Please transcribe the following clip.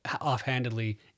offhandedly